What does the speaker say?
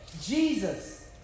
Jesus